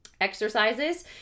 exercises